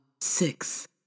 six